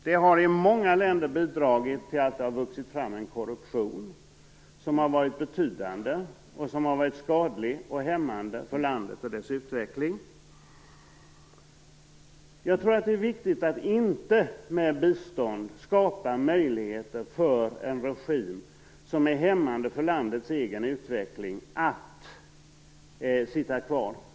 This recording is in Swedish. Det har i många länder bidragit till att det har vuxit fram en korruption som har varit betydande och skadlig och hämmande för landet och dess utveckling. Det är viktigt att inte med bistånd skapa möjligheter för en regim som är hämmande för landets egen utveckling att sitta kvar.